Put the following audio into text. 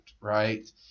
right